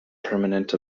permanent